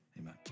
amen